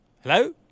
Hello